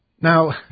Now